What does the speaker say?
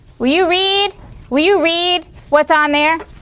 will you read will you read what's on there?